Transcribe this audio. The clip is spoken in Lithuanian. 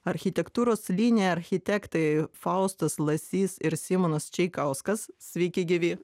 architektūros linija architektai faustas lasys ir simonas čaikauskas sveiki gyvi